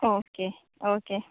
okay okay